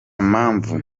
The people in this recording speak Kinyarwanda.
mpamvu